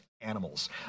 animals